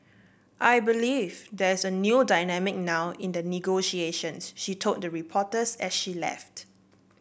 I believe there's a new dynamic now in the negotiations she told the reporters as she left